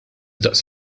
daqs